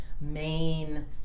main